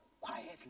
quietly